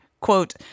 quote